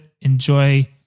Enjoy